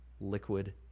liquid